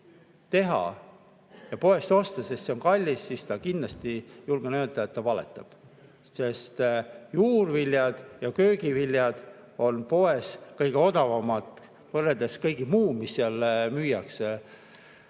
teha ja poest osta, sest see on kallis, siis ma kindlasti julgen öelda, et ta valetab. Sest juurviljad ja muud köögiviljad on poes kõige odavamad, kui võrrelda kõige muuga, mida seal müüakse.